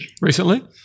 recently